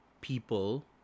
people